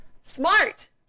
Smart